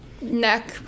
neck